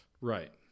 Right